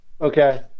Okay